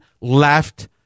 left